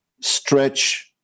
stretch